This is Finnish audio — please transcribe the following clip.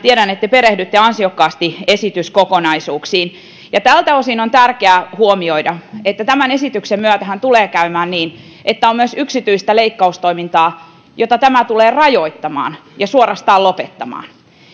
perehdytte ansiokkaasti esityskokonaisuuksiin ja tältä osin on tärkeää huomioida että tämän esityksen myötähän tulee käymään niin että on myös yksityistä leikkaustoimintaa jota tämä tulee rajoittamaan ja suorastaan lopettamaan